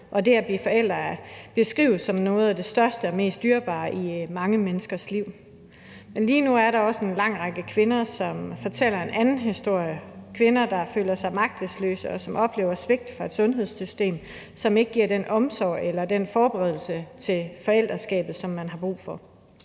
og det at blive forældre beskrives som noget af det største og mest dyrebare i mange menneskers liv. Men lige nu er der også en lang række kvinder, som fortæller en anden historie – kvinder, der føler sig magtesløse, og som oplever svigt fra et sundhedssystem, som ikke giver den omsorg eller den forberedelse til forældreskabet, som de har brug for.